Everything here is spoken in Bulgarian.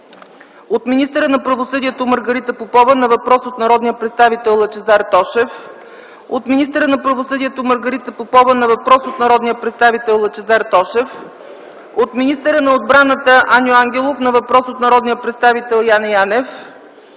от министъра на правосъдието Маргарита Попова на въпрос от народния представител Лъчезар Тошев; - от министъра на правосъдието Маргарита Попова на въпрос от народния представител Лъчезар Тошев; - от министъра на отбраната Аню Ангелов на въпрос от народния представител Яне Янев;